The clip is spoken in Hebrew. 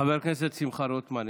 חבר הכנסת שמחה רוטמן,